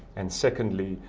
and secondly,